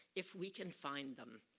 if we can find them.